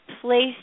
placed